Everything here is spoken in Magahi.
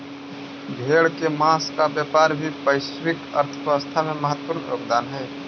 भेड़ के माँस का व्यापार भी वैश्विक अर्थव्यवस्था में महत्त्वपूर्ण योगदान हई